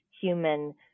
human